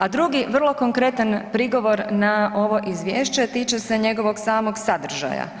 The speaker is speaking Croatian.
A drugi vrlo konkretan prigovor na ovo izvješće tiče se njegovog samog sadržaja.